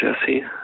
Jesse